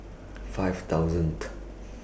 five thousand